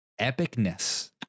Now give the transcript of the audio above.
epicness